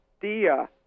Dia